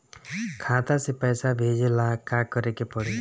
खाता से पैसा भेजे ला का करे के पड़ी?